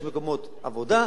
יש מקומות עבודה.